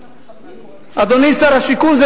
אדוני שר השיכון,